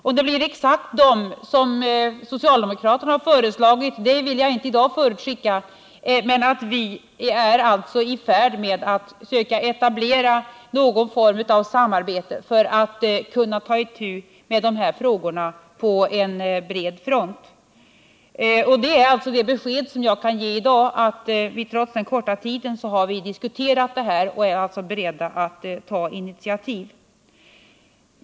Om det blir exakt de som socialdemokraterna har föreslagit vill jag inte i dag förutskicka. Men vi är alltså i färd med att söka etablera någon form av samarbete för att kunna ta itu med dessa frågor på bred front. Det är alltså det besked jag kan ge i dag, att vi inom regeringen trots den korta tid vi arbetat har diskuterat den här frågan och är beredda att ta initiativ.